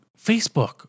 Facebook